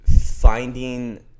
finding